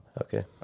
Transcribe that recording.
Okay